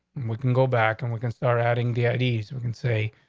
we can go back and we can start adding the ideas we can say,